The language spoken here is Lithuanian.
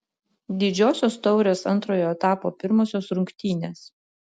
didžiosios taurės antrojo etapo pirmosios rungtynės